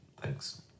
Thanks